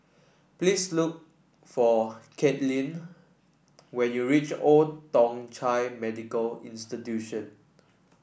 please look for Kathleen when you reach Old Thong Chai Medical Institution